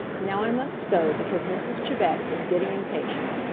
now i must go because mrs. chebec is getting impatient.